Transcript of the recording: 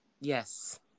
Yes